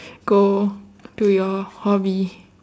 go do your hobby